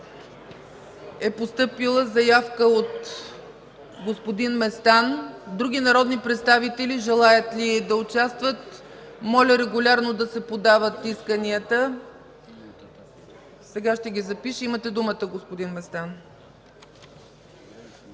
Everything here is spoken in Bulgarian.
е постъпила заявка от господин Местан. Други народни представители желаят ли да участват? Моля регулярно да се подават исканията. Ще ги запиша. Има думата господин Местан.